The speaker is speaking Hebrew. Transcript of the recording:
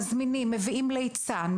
מזמינים ליצן,